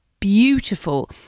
beautiful